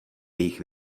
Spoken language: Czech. jejich